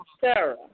Sarah